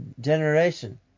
generation